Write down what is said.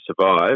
survive